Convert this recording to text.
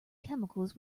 chemicals